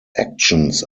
actions